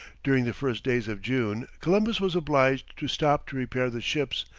during the first days of june, columbus was obliged to stop to repair the ships,